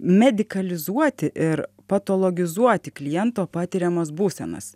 medikalizuoti ir patologizuoti kliento patiriamas būsenas